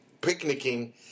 picnicking